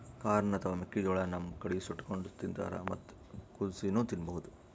corn ಅಥವಾ ಮೆಕ್ಕಿಜೋಳಾ ನಮ್ ಕಡಿ ಸುಟ್ಟಕೊಂಡ್ ತಿಂತಾರ್ ಮತ್ತ್ ಕುದಸಿನೂ ತಿನ್ಬಹುದ್